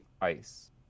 ice